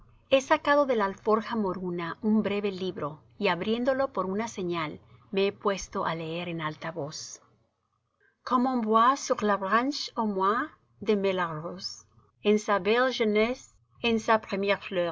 he sacado de la alforja moruna un breve libro y abriéndolo por una señal me he puesto á leer en alta voz comme on voit sur